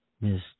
Miss